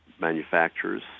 manufacturers